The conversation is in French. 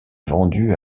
vendues